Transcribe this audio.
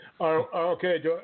okay